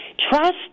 trust